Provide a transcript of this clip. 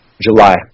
July